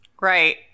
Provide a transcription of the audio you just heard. Right